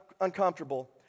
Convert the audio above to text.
uncomfortable